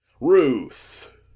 ruth